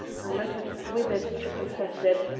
i might have swithered to confess it,